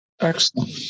Excellent